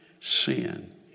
sin